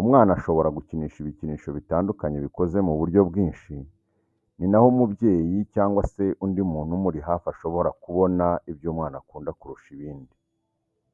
umwana ashobora gukinisha ibikinisho bitandukanye bikoze mu buryo bwinsh ni naho umubyeyi cyangwa se undi muntu umuri hafi ashobora kubona ibyo umwana akunda kurusha ibindi.